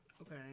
Okay